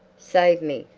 save me,